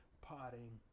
potting